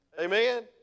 Amen